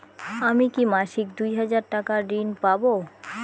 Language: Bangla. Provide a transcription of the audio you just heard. আমি কি মাসিক দুই হাজার টাকার ঋণ পাব?